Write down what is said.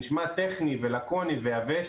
זה נשמע טכני ולקוני ויבש,